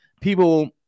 people